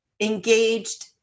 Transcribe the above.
engaged